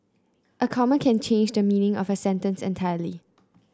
a comma can change the meaning of a sentence entirely